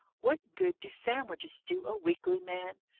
what good do sandwiches do a weakly man?